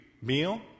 meal